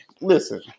listen